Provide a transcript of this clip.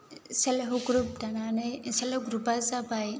self help group दानानै self help ग्रुपबा जाबाय